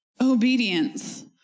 obedience